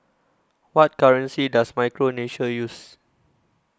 What currency Does Micronesia use